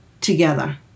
together